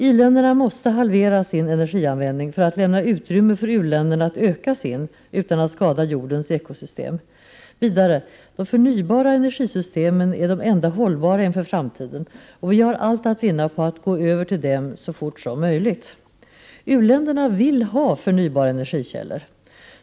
I-länderna måste halvera sin energianvändning för att lämna utrymme för u-länderna att öka sin utan att skada jordens ekosystem. Vidare, de förnybara energisystemen är de enda hållbara inför framtiden, och vi har allt att vinna på att gå över till dem så fort som möjligt. U-länderna vill ha förnybara energikällor.